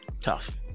Tough